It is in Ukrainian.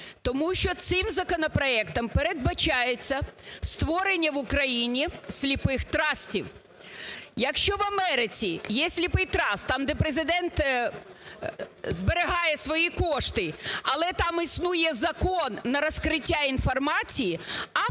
Тому що цим законопроектом передбачається створення в Україні "сліпих трастів". Якщо в Америці є сліпий траст, там, де Президент зберігає свої кошти, але там існує закон на розкриття інформації,